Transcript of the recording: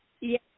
Yes